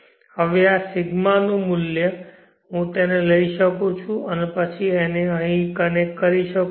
હવે આ ρ મૂલ્ય હું તેને લઈ શકું છું અને પછી તેને અહીં કનેક્ટ કરી શકું છું